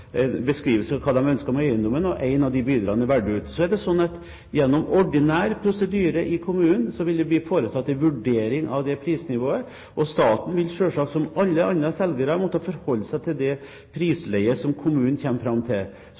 beskrivelse av hva de ønsket med eiendommen. En av de byderne er valgt ut. Så vil det gjennom ordinær prosedyre i kommunen bli foretatt en vurdering av det prisnivået, og staten vil selvsagt som alle andre selgere måtte forholde seg til det prisleiet som kommunen kommer fram til.